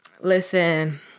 Listen